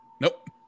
Nope